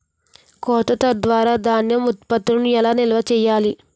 కోత తర్వాత ధాన్యం ఉత్పత్తులను ఎలా నిల్వ చేయాలి?